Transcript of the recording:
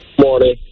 morning